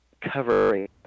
covering